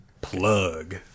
plug